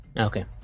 Okay